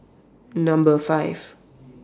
Number five